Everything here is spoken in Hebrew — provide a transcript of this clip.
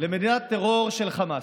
למדינת טרור של חמאס.